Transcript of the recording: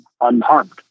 unharmed